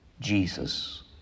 Jesus